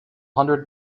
hundred